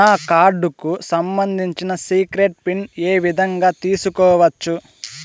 నా కార్డుకు సంబంధించిన సీక్రెట్ పిన్ ఏ విధంగా తీసుకోవచ్చు?